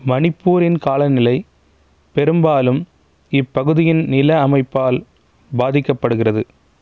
மணிப்பூரின் காலநிலை பெரும்பாலும் இப்பகுதியின் நில அமைப்பால் பாதிக்கப்படுகிறது